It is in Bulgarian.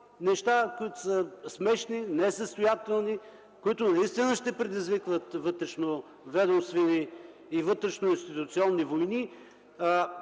неща, които са смешни, несъстоятелни, които наистина ще предизвикат вътрешноведомствени и вътрешноинституционални войни.